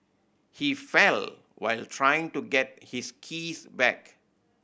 he fell while trying to get his keys back